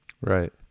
Right